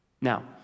Now